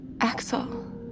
Axel